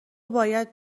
باید